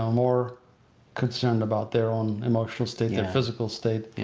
more concerned about their own emotional state and physical state.